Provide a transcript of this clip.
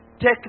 take